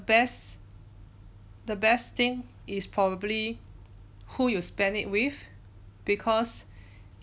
best the best thing is probably who you spend it with because